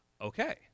okay